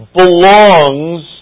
belongs